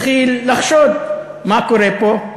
התחיל לחשוד, מה קורה פה?